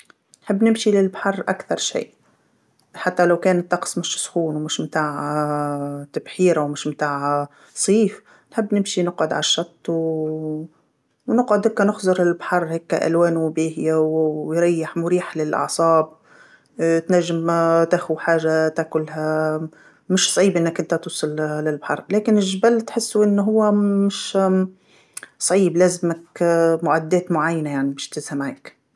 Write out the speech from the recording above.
نحب نمشي للبحر أكثر شي حتى لو كان الطقس موش سخون وموش تاع تبحيره وموش تاع صيف، نحب نمشي نقعد على الشط و ونقعد نخزر في البحر هكا ألوانو باهيه ويريح، مريح للأعصاب، تنجم تاخذ حاجه تاكلها، مش صعيب أنك نتا توصل للبحر، لكن الجبل تحسو أنو هو مش صعيب لازمك معدات معينه يعني باش تهزها معاك.